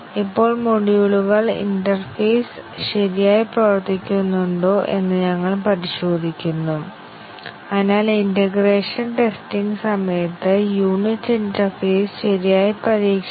ഒരു വേരിയബിളിന്റെ ഡെഫിനീഷൻ ഉള്ളിടത്തെല്ലാം ആ വേരിയബിളിന്റെ ഉപയോഗങ്ങൾ ഒരു ടെസ്റ്റ് കേസ് ആയിരിക്കണം ആ രണ്ട് സ്റ്റേറ്റ്മെൻറ്കളും ഉൾക്കൊള്ളണം